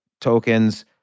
tokens